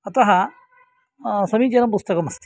अतः समीचीनं पुस्तकम् अस्ति